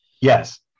yes